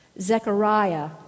Zechariah